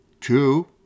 Two